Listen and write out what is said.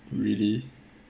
really